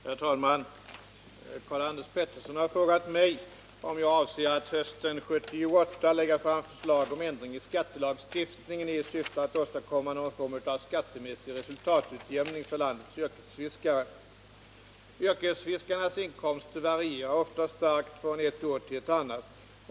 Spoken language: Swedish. Herr talman! Karl-Anders Petersson har frågat mig om jag avser att hösten 1978 framlägga förslag om ändring i skattelagstiftningen i syfte att åstad 79 komma någon form av skattemässig resultatutjämning för landets yrkesfiskare. Yrkesfiskarnas inkomster varierar ofta starkt från ett år till ett annat.